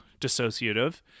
dissociative